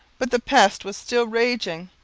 but the pest was still raging,